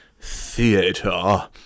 Theater